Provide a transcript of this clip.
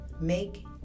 make